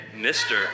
Mr